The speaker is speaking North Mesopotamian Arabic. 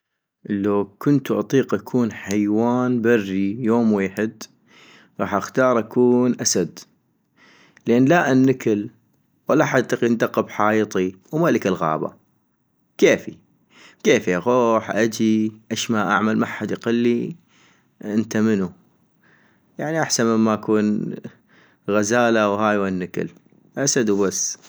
لو كنتو اطيق حيوان بري يوم ويحد، غاح اختار اكون اسد - لان لا انكل ، ولحد يندق بحايطي ، وملك الغابة ، بكيفي ، بكيفي اغوح اجي اش ما اعمل محد يقلي انت منو ، يعني احسن مما أكون غزالة وهاي وانكل، اسد وبس